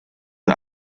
the